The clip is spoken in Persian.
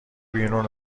بیرون